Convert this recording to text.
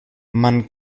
man